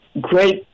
great